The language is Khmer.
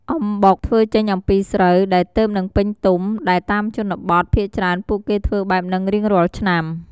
អំំបុកធ្វើចេញអំពីស្រូវ ដែលទើបនឹងពេញទុំ ដែលតាមជនបទ ភាគច្រើនពួកគេធ្វើបែបនឹងរៀងរាល់ឆ្នាំ។